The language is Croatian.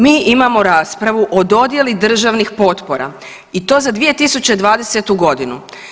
Mi imamo raspravu o dodjeli državnih potpora i to za 2020. godinu.